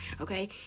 okay